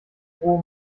froh